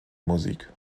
musik